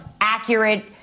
accurate